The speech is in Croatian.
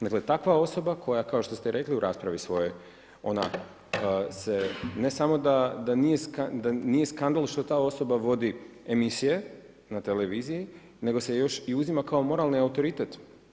Dakle, takva osoba, koju kao što ste rekli u raspravi svojoj, ona se ne samo da nije skandal što ta osoba vodi emisije u televiziji, nego se još uzima kao moralni autoritet.